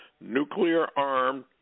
nuclear-armed